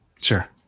Sure